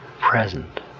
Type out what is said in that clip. Present